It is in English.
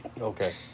Okay